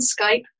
Skype